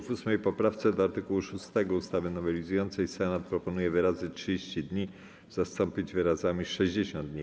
W 8. poprawce do art. 6 ustawy nowelizującej Senat proponuje wyrazy „30 dni” zastąpić wyrazami „60 dni”